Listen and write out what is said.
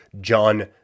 John